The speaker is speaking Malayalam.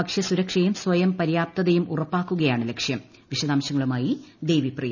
ഭക്ഷ്യ സുരക്ഷയും സ്വയം പര്യാപ്തതയും ഉറപ്പാക്കുകയാണ് ലക്ഷ്യം വിശദാംശങ്ങളുമായി ദേവി പ്രിയ